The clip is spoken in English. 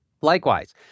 Likewise